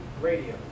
radio